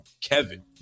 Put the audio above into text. Kevin